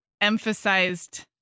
emphasized